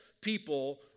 people